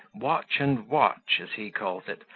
watch and watch as he calls it,